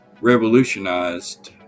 revolutionized